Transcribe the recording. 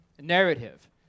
narrative